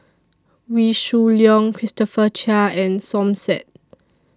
Wee Shoo Leong Christopher Chia and Som Said